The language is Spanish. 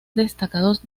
destacados